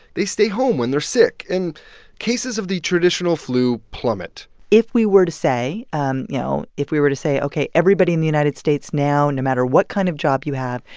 they stay home when they're sick, and cases of the traditional flu plummet if we were to say um you know, if we were to say, ok, everybody in the united states now, no matter what kind of job you have,